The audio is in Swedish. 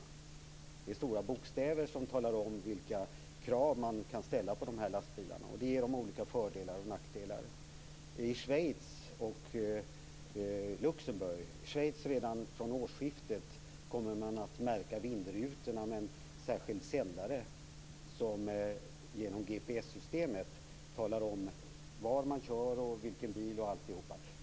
Det är stora bokstäver som talar om vilka krav man kan ställa på de här lastbilarna. Det ger dem olika fördelar och nackdelar. I Schweiz och Luxemburg, i Schweiz redan från årsskiftet, kommer man att märka vindrutorna med en särskild sändare som genom GPS-systemet talar om var man kör, vilken bil osv.